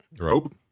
rope